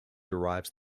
derives